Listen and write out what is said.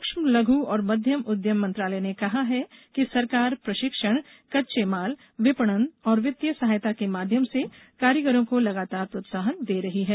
सूक्ष्म लघ् और मध्यम उद्यम मंत्रालय ने कहा है कि सरकार प्रशिक्षण कच्चे माल विपणन और वित्तीय सहायता के माध्यम से कारीगरों को लगातार प्रोत्साहन दे रही है